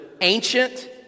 ancient